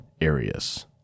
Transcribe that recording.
areas